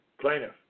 plaintiff